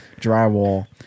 drywall